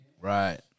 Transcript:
Right